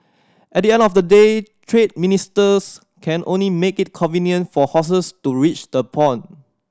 at the end of the day trade ministers can only make it convenient for horses to reach the pond